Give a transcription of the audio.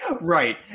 Right